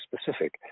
specific